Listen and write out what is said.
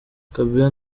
kabila